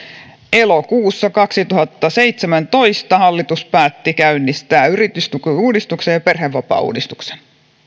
elokuussa kaksituhattaseitsemäntoista hallitus päätti käynnistää yritystukiuudistuksen ja perhevapaauudistuksen